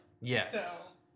Yes